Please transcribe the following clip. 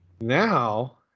now